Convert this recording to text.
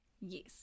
Yes